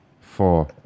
Four